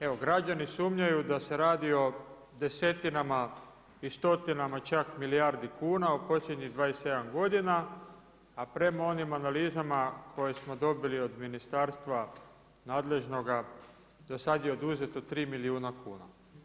Evo građani sumnjaju da se radi o desetinama i stotinama čak milijardi kuna u posljednjih 27 godina, a prema onim analizama koje smo dobili od ministarstva nadležnoga do sada je oduzeto tri milijuna kuna.